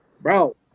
bro